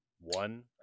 one